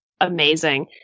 amazing